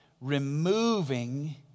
removing